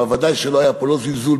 אבל ודאי שלא היה פה לא זלזול,